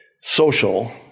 social